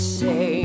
say